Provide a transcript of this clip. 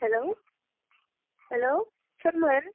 hello hello सोरमोन